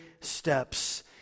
steps